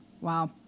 Wow